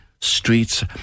streets